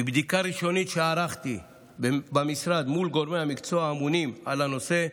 מבדיקה ראשונית שערכתי במשרד מול גורמי המקצוע האמונים על הנושא,